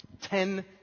Ten